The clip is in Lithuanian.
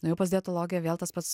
nuėjau pas dietologę vėl tas pats